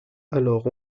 alors